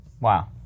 Wow